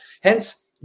Hence